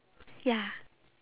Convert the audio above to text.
ya